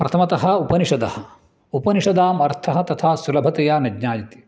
प्रथमतः उपनिषदः उपनिषदाम् अर्थः तथा सुलभतया न ज्ञायते